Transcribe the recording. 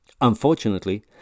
Unfortunately